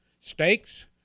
steaks